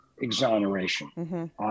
exoneration